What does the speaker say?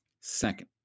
Second